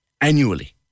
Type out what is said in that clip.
annually